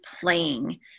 playing